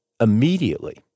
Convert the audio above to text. immediately